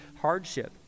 hardship